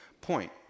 point